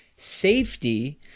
Safety